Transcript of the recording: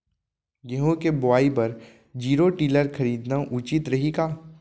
गेहूँ के बुवाई बर जीरो टिलर खरीदना उचित रही का?